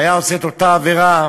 שהיה עושה את אותה עבירה,